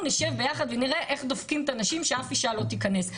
נשב ביחד ונראה איך דופקים את הנשים שאף אשה לא תיכנס.